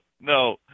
no